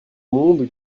monde